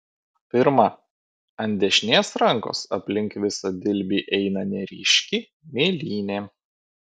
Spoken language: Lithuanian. pirma ant dešinės rankos aplink visą dilbį eina neryški mėlynė